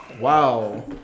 Wow